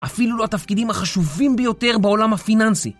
אפילו לתפקידים החשובים ביותר בעולם הפיננסי